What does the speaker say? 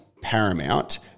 paramount